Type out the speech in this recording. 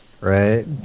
Right